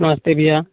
नमस्ते भईया